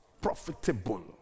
Profitable